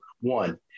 one